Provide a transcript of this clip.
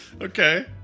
Okay